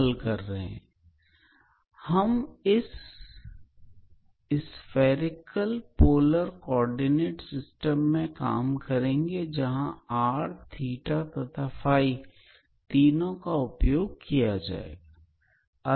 यहाँ spherical polar coordinate system है जहां r θ तथा Ⲫ तीनों का उपयोग किया जाएगा